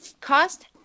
Cost